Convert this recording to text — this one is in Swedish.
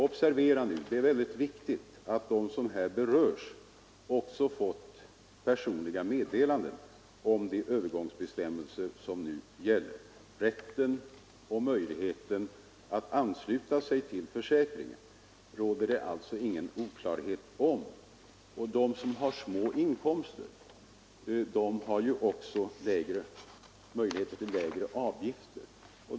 Observera också att de som här berörs också fått personliga meddelanden om de övergångsbestämmelser som nu gäller. Om rätten och möjligheten att ansluta sig till försäkringen råder alltså ingen oklarhet. De som har små inkomster har också möjlighet att få lägre avgifter.